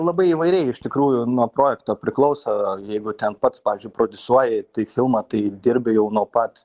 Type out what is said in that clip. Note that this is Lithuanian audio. labai įvairiai iš tikrųjų nuo projekto priklauso jeigu ten pats pavyzdžiui prodiusuoji tai filmą tai dirbi jau nuo pat